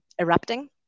erupting